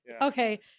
Okay